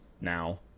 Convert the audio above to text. now